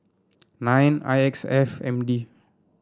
nine I X F M D